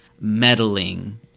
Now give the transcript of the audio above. meddling